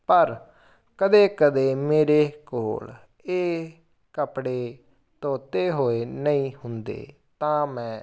ਪਰ ਕਦੇ ਕਦੇ ਮੇਰੇ ਕੋਲ ਇਹ ਕੱਪੜੇ ਧੋਤੇ ਹੋਏ ਨਈਂ ਹੁੰਦੇ ਤਾਂ ਮੈਂ